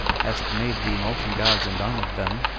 hast made thee molten gods and honored them,